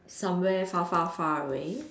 somewhere far far far away